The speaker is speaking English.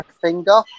finger